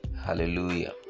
Hallelujah